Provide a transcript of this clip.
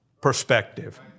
perspective